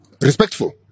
respectful